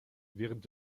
während